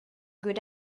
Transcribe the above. good